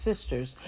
sisters